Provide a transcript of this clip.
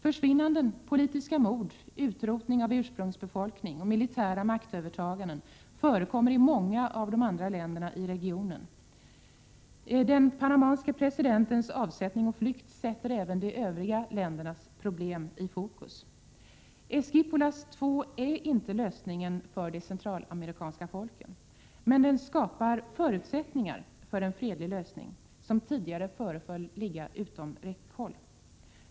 Försvinnanden, politiska mord, utrotning av ursprungsbefolkning och militära maktövertaganden förekommer i många av de andra länderna i regionen. Den panamanske presidentens avsättning och flykt sätter även de övriga ländernas problem i fokus. Esquipulas II är inte lösningen för de centralamerikanska folken. Men den skapar förutsättningar för en fredlig lösning, som tidigare föreföll ligga utom räckhåll.